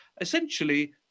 Essentially